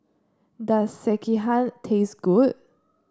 does Sekihan taste good